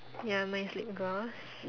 ya mine's lip gloss